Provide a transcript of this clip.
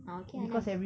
ah okay ah nice